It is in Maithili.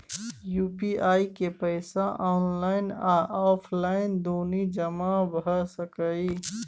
यु.पी.आई के पैसा ऑनलाइन आ ऑफलाइन दुनू जमा भ सकै इ?